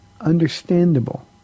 understandable